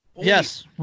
Yes